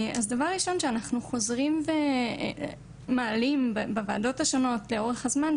אז דבר ראשון שאנחנו חוזרים ומעלים בוועדות השונות לאורך הזמן,